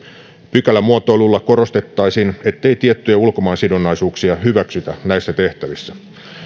pykälämuotoilulla korostettaisiin ettei tiettyjä ulkomaansidonnaisuuksia hyväksytä näissä tehtävissä